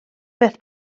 beth